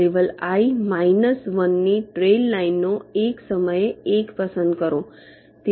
level i minus 1 ની trail લાઈનો એક સમયે એક પસંદ કરો